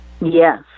Yes